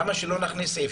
למה שלא נכניס סעיף,